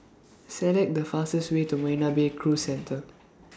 Select The fastest Way to Marina Bay Cruise Centre